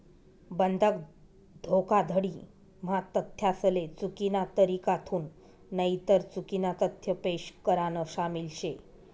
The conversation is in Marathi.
बंधक धोखाधडी म्हा तथ्यासले चुकीना तरीकाथून नईतर चुकीना तथ्य पेश करान शामिल शे